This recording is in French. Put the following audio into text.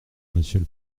monsieur